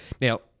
Now